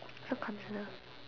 so consider